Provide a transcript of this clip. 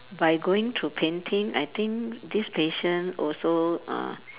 by going through painting I think this patient also uh